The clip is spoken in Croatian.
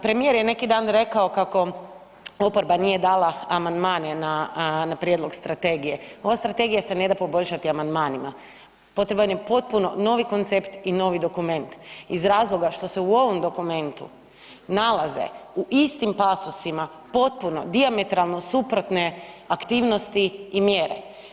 Premijer je neki dan rekao kako oporba nije dala amandmane na prijedlog strategije, ova strategija se ne da poboljšati amandmanima, potreban je potpuno novi koncept i novi dokument iz razloga što se u ovom dokumentu nalaze u istim pasosima potpuno, dijametralno suprotne aktivnosti i mjere.